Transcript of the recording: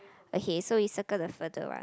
okay so you circle the further one